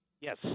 Yes